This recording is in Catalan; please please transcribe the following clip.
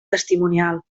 testimonial